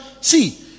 see